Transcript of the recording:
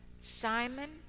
Simon